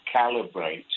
calibrate